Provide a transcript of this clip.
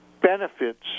benefits